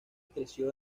creció